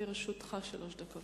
לרשותך שלוש דקות.